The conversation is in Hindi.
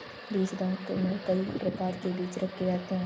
बीज बैंक में कई प्रकार के बीज रखे जाते हैं